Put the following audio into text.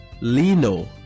lino